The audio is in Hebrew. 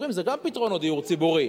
אומרים: זה גם פתרונות דיור ציבורי.